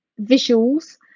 visuals